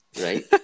right